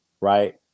right